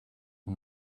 and